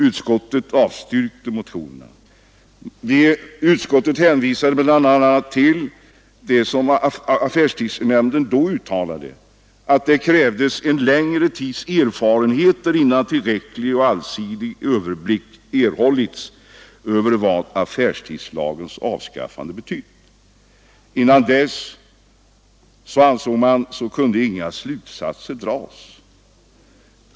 Utskottet avstyrkte motionerna och hänvisade bland annat till vad affärstidsnämnden uttalat, nämligen att det krävdes en längre tids erfarenheter innan tillräcklig och allsidig överblick erhållits över vad affärstidslagens avskaffande betytt. Man ansåg att inga slutsatser kan dras dessförinnan.